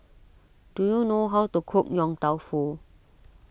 do you know how to cook Yong Tau Foo